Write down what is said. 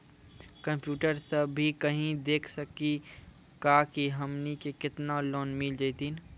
Computer सा भी कही देख सकी का की हमनी के केतना लोन मिल जैतिन?